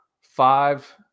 five